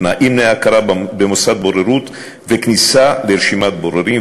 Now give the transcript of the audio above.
תנאים להכרה במוסד בוררות וכניסה לרשימת בוררים,